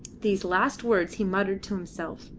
these last words he muttered to himself,